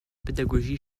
pédagogie